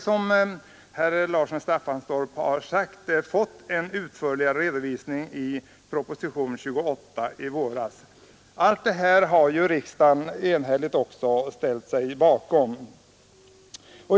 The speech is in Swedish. Som herr Larsson i Staffanstorp sagt fick vi också en utförligare redovisning i propositionen 28 i våras. Även denna har riksdagen enhälligt ställt sig bakom.